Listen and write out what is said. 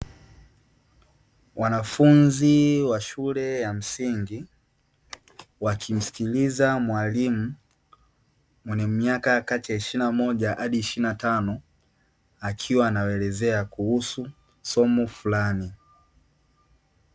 Wanafunzi wa shule ya msingi wakimsikiliza mwalimu mwenye miaka kati ya ishirini na moja hadi ishirini na tano, akiwa anawaelezea kuhusu somo fulani.